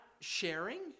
sharing